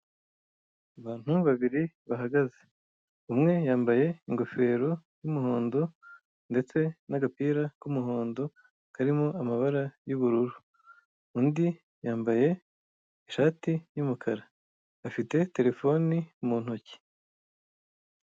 Abantu babiri bahagaze umwe yambaye ingofero y'umuhondo ndetse n'agapira k'umuhondo karimo amabara y'ubururu, undi yambaye ishati y'umukara, afite telefone mu ntoki.